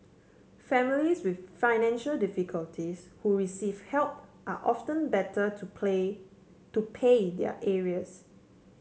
families with financial difficulties who receive help are often better to play to pay their arrears